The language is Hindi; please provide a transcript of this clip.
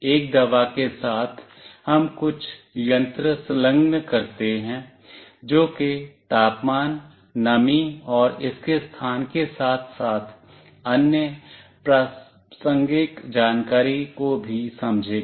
एक दवा के साथ हम कुछ यंत्र संलग्न करते हैं जो कि तापमान नमी और इसके स्थान के साथ साथ अन्य प्रासंगिक जानकारी को भी समझेगा